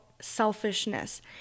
selfishness